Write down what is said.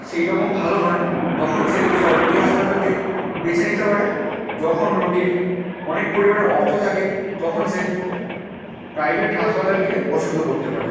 সেই রকম ভালো নয় তখন সে সরকারি হাসপাতালকে বেছে নিতে পারে যখন রোগীর অনেক পরিমাণে অর্থ থাকে তখন সে প্রাইভেট হাসপাতালকে পছন্দ করতে পারে